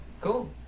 Cool